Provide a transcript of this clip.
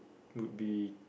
would be